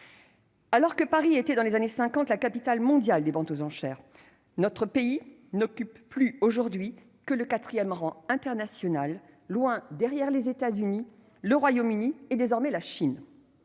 Alors que Paris était, dans les années 1950, la capitale mondiale des ventes aux enchères, notre pays n'occupe plus aujourd'hui que le quatrième rang international, loin derrière les États-Unis, le Royaume-Uni et, désormais, la Chine.